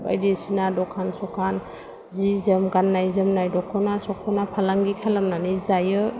बायदिसिना दखान सखान जि जोम गान्नाय जोमनाय दख'ना सख'ना फालांगि खालामनानै जायो